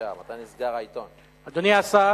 אדוני השר,